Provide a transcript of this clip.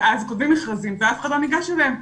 ואז כותבים מכרזים ואף אחד לא ניגש אליהם,